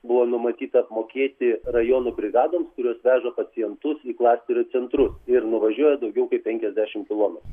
buvo numatyta apmokėti rajonų brigadoms kurios veža pacientus į klasterių centrus ir nuvažiuoja daugiau kaip penkiasdešim kilometrų